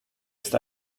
ist